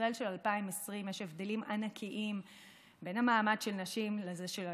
ובישראל של 2020 יש הבדלים ענקיים בין המעמד של נשים לזה של הגברים.